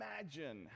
imagine